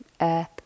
earth